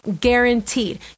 guaranteed